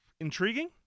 Intriguing